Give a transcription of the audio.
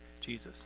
Jesus